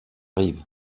rive